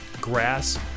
grass